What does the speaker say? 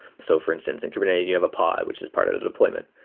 so for instance, in kubernetes, you have a pod, which is part of the deployment.